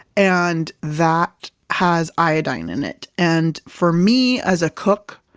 and that has iodine in it. and for me as a cook,